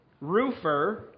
roofer